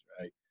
right